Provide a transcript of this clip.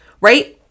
right